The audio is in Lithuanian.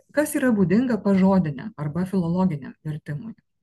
kas yra būdinga pažodiniam arba filologiniam vertimui